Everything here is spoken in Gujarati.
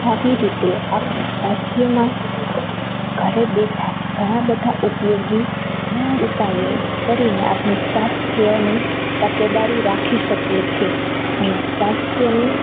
આવી રીતે આપણે સ્વાસ્થ્યમાં ઘરે બેઠા ઘણા બધા ઉપયોગી ઉપાયો કરીને આપણી સ્વાસ્થ્યની તકેદારી રાખી શકીએ છીએ અને સ્વાસ્થ્યની